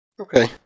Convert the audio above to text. Okay